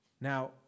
Now